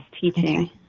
teaching